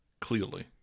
clearly